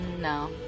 No